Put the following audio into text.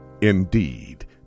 Indeed